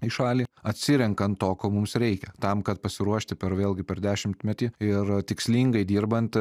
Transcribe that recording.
į šalį atsirenkant to ko mums reikia tam kad pasiruošti per vėlgi per dešimtmetį ir tikslingai dirbant